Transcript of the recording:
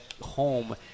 home